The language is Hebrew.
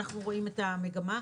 אנחנו רואים את המגמה.